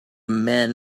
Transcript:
men